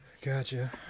Gotcha